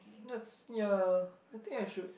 that's ya I think I should